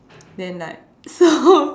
then like so